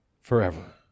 forever